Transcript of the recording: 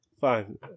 Fine